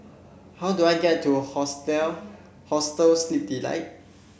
how do I get to Hostel Sleep Delight